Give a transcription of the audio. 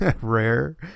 rare